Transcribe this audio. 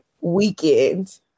weekend